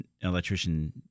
electrician